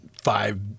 five